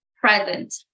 present